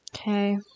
Okay